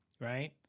Right